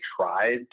tried